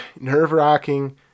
nerve-wracking